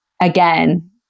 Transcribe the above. Again